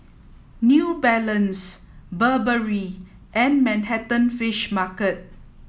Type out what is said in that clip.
New Balance Burberry and Manhattan Fish Market